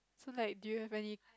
like do you have any